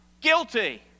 guilty